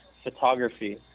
photography